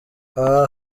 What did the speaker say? aha